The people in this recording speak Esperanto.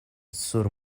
sur